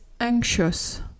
anxious